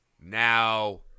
Now